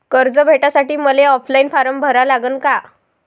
कर्ज भेटासाठी मले ऑफलाईन फारम भरा लागन का?